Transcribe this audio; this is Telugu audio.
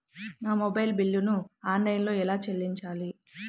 నా మొబైల్ బిల్లును ఆన్లైన్లో ఎలా చెల్లించాలి?